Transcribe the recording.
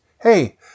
Hey